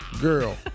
girl